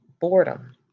boredom